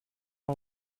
are